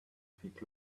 feet